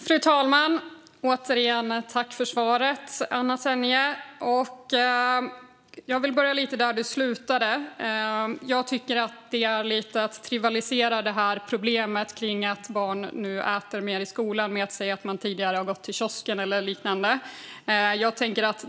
Fru talman! Jag tackar återigen för svaret, Anna Tenje. Jag vill börja lite där du slutade. Det är lite att trivialisera problemet med att barn nu äter mer i skolan att säga de tidigare har gått till kiosken eller liknande.